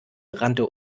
rannte